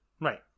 Right